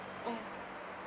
mm